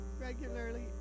regularly